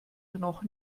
noch